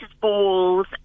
Balls